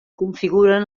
configuren